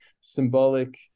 symbolic